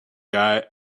guy